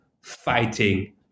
fighting